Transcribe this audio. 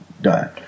done